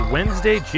Wednesday